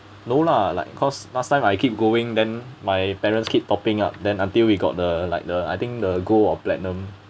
no lah like cause last time I keep going then my parents keep topping up than until we got the like the I think the gold or platinum